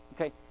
okay